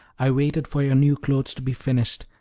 i waited for your new clothes to be finished,